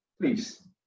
Please